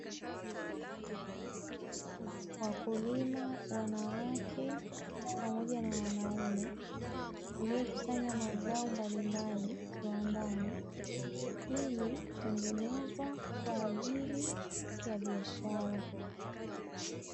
Wakulima wanawake pamoja na wanaume wakikusanya mazao mbalimbali kiwandani, ili kutengenezwa kwa ajili ya biashara.